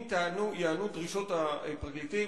אם ייענו דרישות הפרקליטים,